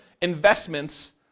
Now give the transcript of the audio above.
investments